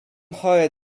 chory